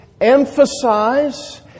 emphasize